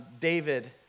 David